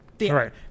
right